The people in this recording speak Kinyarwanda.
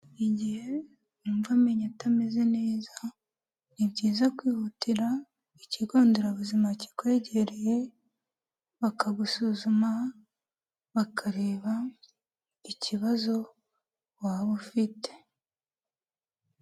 Igihe wumva amenyo atameze neza, ni byiza kwihutira ikigonderabuzima kikwegereye bakagusuzuma bakareba ikibazo waba ufite.